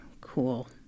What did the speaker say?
Cool